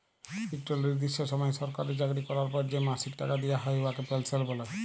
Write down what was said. ইকট লিরদিষ্ট সময় সরকারি চাকরি ক্যরার পর যে মাসিক টাকা দিয়া হ্যয় উয়াকে পেলসল্ ব্যলে